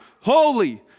holy